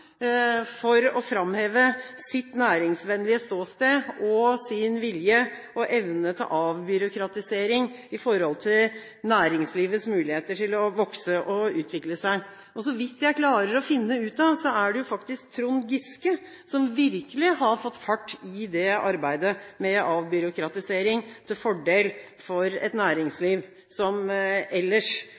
for å framheve sitt næringsvennlige ståsted og sin vilje og evne til avbyråkratisering med tanke på næringslivets muligheter til å vokse og utvikle seg. Så vidt jeg klarer å finne ut av, er det faktisk næringsminister Trond Giske som virkelig har fått fart i arbeidet med avbyråkratisering til fordel for et næringsliv som ellers